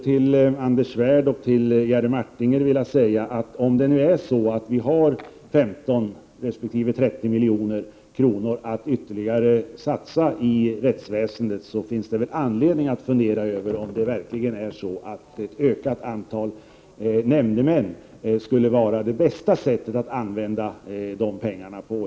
Till Anders Svärd och Jerry Martinger skulle jag vilja säga att om vi har 15 resp. 30 milj.kr. ytterligare att satsa i rättsväsendet, finns det väl anledning att fundera över om det verkligen är så att ett ökat antal nämndemän skulle vara det bästa sättet att använda pengarna på.